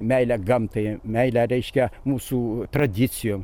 meilę gamtai meilę reiškia mūsų tradicijom